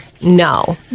No